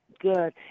good